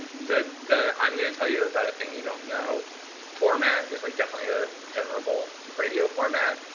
the the i'm going to tell you about a thing you don't know format is like definitely a venerable radio format.